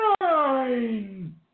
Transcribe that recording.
Nine